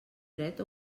dret